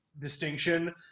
distinction